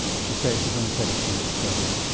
she's says she's only thirty two weeks pregnant.